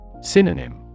Synonym